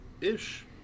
ish